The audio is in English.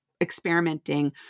experimenting